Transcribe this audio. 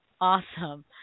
Awesome